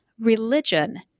religion